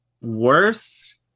worse